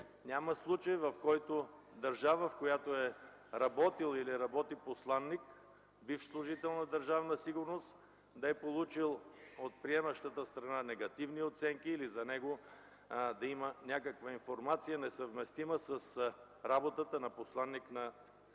няма случай, в който държава, в която е работил или работи посланик, бивш служител на Държавна сигурност, да е получил от приемащата страна негативни оценки или за него да има някаква информация, несъвместима с работата на посланик на една държава.